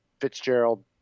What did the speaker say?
Fitzgerald